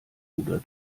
bruder